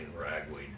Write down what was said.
Ragweed